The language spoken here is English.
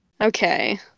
okay